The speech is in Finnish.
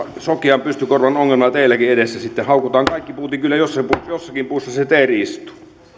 sokean pystykorvan ongelma teilläkin edessä sitten haukutaan kaikki puut niin kyllä jossakin puussa se teeri istuu